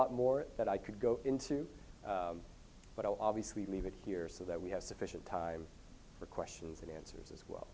lot more that i could go into but i'll obviously leave it here so that we have sufficient time for questions and answers as well